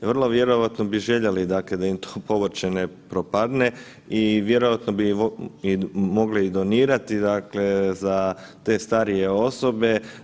Vrlo vjerojatno bi željeli, dakle da im to povrće ne propadne i vjerojatno bi mogli i donirati, dakle za te starije osobe.